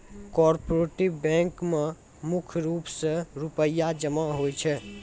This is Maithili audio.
कोऑपरेटिव बैंको म मुख्य रूप से रूपया जमा होय छै